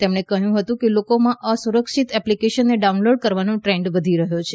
તેમણે કહ્યું હતું કે લોકોમાં અસુરક્ષિત અને અસંતોષિત એપ્લિકેશનને ડાઉનલોડ કરવાનો દ્રેન્ડ વધી રહ્યો છે